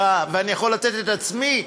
אני יכול לתת את עצמי,